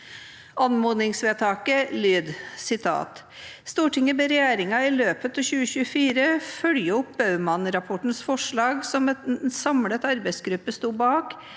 «Stortinget ber regjeringen i løpet av 2024 følge opp Baumann-rapportens forslag, som en samlet arbeidsgruppe stod bak,